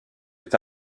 est